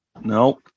no